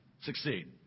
succeed